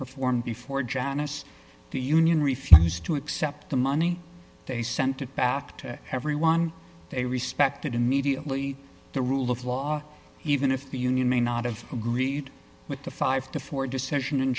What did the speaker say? performed before janice the union refused to accept the money they sent it back to everyone they respected immediately the rule of law even if the union may not have agreed with the five to four decision in